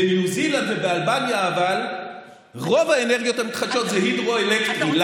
אבל בניו זילנד ובאלבניה רוב האנרגיות המתחדשות זה הידרו-אלקטרי.